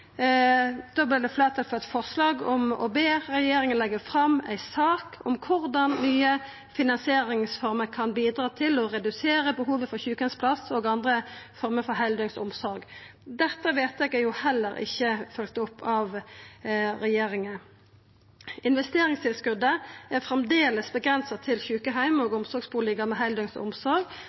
å be regjeringa leggja fram ei sak om korleis nye finansieringsformer kan bidra til å redusera behovet for sjukeheimsplass og andre former for heildøgns omsorg. Dette vedtaket er heller ikkje følgt opp av regjeringa. Investeringstilskotet er framleis avgrensa til sjukeheimar og omsorgsbustader med heildøgns omsorg,